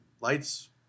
lights